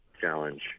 challenge